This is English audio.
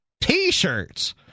T-shirts